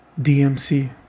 DMC